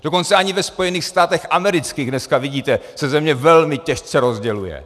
Dokonce ani ve Spojených státech amerických dneska vidíte, se země velmi těžce rozděluje.